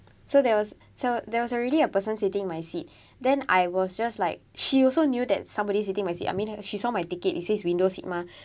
so there was so there was already a person sitting my seat then I was just like she also knew that somebody sitting my seat I mean she saw my ticket it says window seat mah